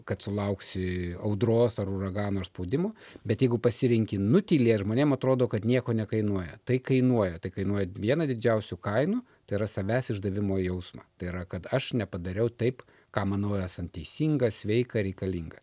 kad sulauksi audros ar uragano ar spaudimo bet jeigu pasirenki nutylėt žmonėm atrodo kad nieko nekainuoja tai kainuoja tai kainuoja vieną didžiausių kainų tai yra savęs išdavimo jausmą tai yra kad aš nepadariau taip ką manau esant teisinga sveika reikalinga